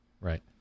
Right